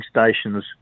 stations